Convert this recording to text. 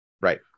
Right